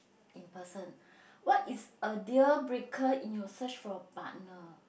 in person what is a deal breaker in your search for a partner